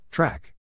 Track